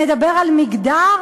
נדבר על מגדר,